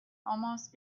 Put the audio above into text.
almost